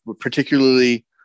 particularly